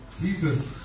Jesus